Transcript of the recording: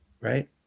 right